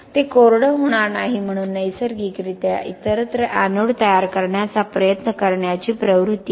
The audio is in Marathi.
ते कोरड होणार नाही म्हणून नैसर्गिकरित्या इतरत्र एनोड तयार करण्याचा प्रयत्न करण्याची प्रवृत्ती आहे